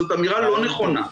זאת אמירה לא נכונה.